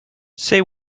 say